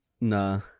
Nah